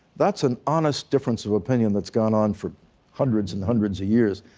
that's an honest difference of opinion that's gone on for hundreds and hundreds of years.